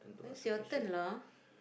it's your turn lah